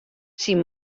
syn